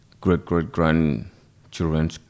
great-great-grandchildren